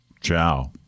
ciao